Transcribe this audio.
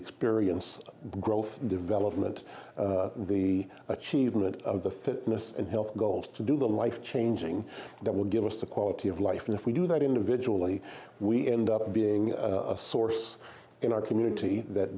experience growth development the achievement of the fitness and health goals to do the life changing that will give us the quality of life and if we do that individually we end up being a source in our community that